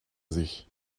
sich